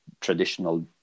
traditional